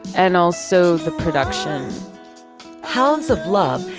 and also the production hounds of love,